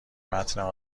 متن